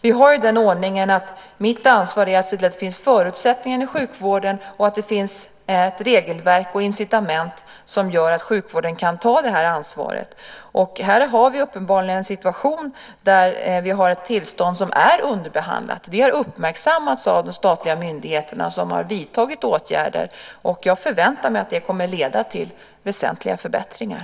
Vi har den ordningen att mitt ansvar är att se till att det finns förutsättningar i sjukvården och att det finns ett regelverk och incitament som gör att sjukvården kan ta det här ansvaret. Vi har uppenbarligen en situation där vi har ett tillstånd som är underbehandlat. Det har uppmärksammats av de statliga myndigheterna som har vidtagit åtgärder. Jag förväntar mig att det kommer att leda till väsentliga förbättringar.